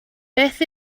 beth